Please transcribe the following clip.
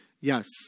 Yes